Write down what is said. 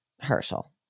Herschel